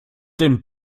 den